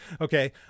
okay